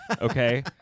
okay